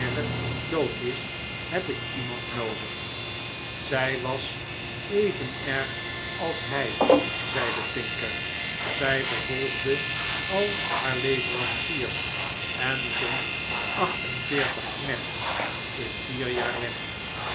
dood is heb ik iemand noodig zij was even erg als hij zeide tinker zij vervolgde al haar leveranciers en zond acht en veertig knechts in vier jaar weg